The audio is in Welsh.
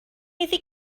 iddi